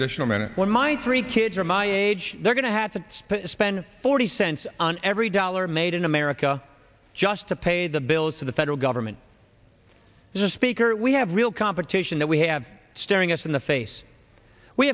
additional minute when my three kids are my age they're going to have to spend forty cents on every dollar made in america just to pay the bills to the federal government and the speaker we have real competition that we have staring us in the face we